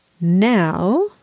Now